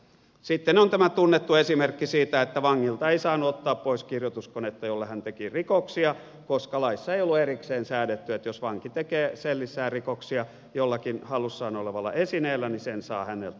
sitten on tämä tunnettu esimerkki siitä että vangilta ei saanut ottaa pois kirjoituskonetta jolla hän teki rikoksia koska laissa ei ollut erikseen säädetty että jos vanki tekee sellissään rikoksia jollakin hallussaan olevalla esineellä niin sen saa häneltä ottaa pois